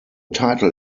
title